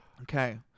Okay